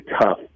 tough